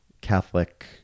Catholic